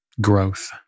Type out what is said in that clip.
growth